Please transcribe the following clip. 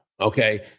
okay